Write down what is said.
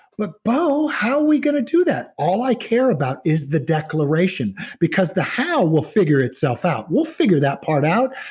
but bo, how we going to do that? all i care about is the declaration, because the how will figure itself out? we'll figure that part out.